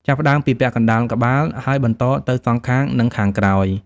ចាប់ផ្ដើមពីពាក់កណ្ដាលក្បាល ហើយបន្តទៅសងខាង និងខាងក្រោយ។